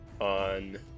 on